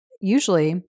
usually